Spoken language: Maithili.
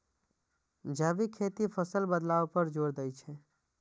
जैविक खेती फसल बदलाव पर जोर दै छै